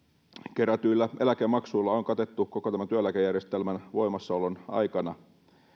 kerätyillä eläkemaksuilla on katettu koko tämän työeläkejärjestelmän voimassaolon aikana